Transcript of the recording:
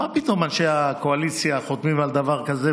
מה פתאום אנשי הקואליציה חותמים על דבר כזה,